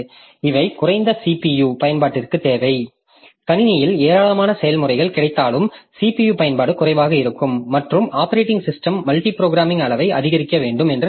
இவை குறைந்த CPU பயன்பாட்டிற்கு தேவை கணினியில் ஏராளமான செயல்முறைகள் கிடைத்தாலும் CPU பயன்பாடு குறைவாக இருக்கும் மற்றும் ஆப்பரேட்டிங் சிஸ்டம் மல்டி புரோகிராமிங் அளவை அதிகரிக்க வேண்டும் என்று நினைக்கிறது